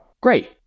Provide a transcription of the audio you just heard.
Great